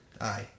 Aye